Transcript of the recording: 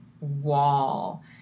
wall